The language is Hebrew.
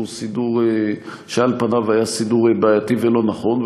סידור שעל פניו היה בעייתי ולא נכון,